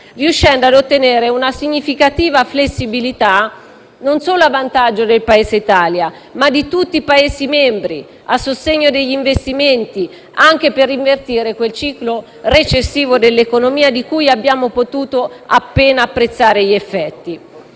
riuscendo a ottenere una significativa flessibilità, non solo a vantaggio del Paese Italia ma di tutti i Paesi membri, a sostegno degli investimenti, anche per invertire quel ciclo recessivo dell'economia di cui abbiamo potuto appena apprezzare gli effetti.